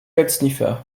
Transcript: codesniffer